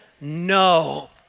No